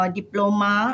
diploma